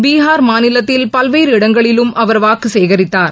பீகார் மாநிலத்தில் பல்வேறு இடங்களிலும் அவர் வாக்கு சேகரித்தார்